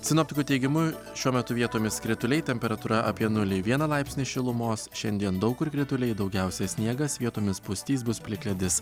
sinoptikų teigimu šiuo metu vietomis krituliai temperatūra apie nulį vieną laipsnį šilumos šiandien daug kur krituliai daugiausia sniegas vietomis pustys bus plikledis